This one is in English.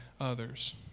others